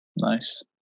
Nice